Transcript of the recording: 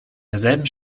derselben